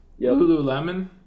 Lululemon